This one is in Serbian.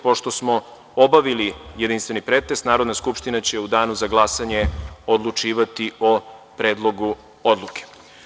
Pošto smo obavili jedinstveni pretres, Narodna skupština će u Danu za glasanje odlučivati o Predlogu odluke.